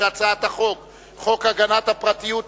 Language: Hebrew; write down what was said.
ההצעה להעביר את הצעת חוק הגנת הפרטיות (תיקון,